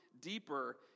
deeper